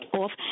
off